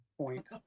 point